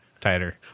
Tighter